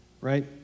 right